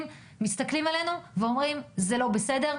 מסתכלים עלינו ואומרים שזה לא בסדר,